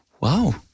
Wow